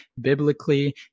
biblically